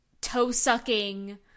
toe-sucking